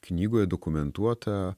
knygoje dokumentuota